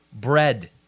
bread